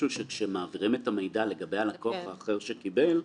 שכאשר מעבירים את המידע לגבי הלקוח, והאחר שקיבל,